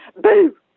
Boo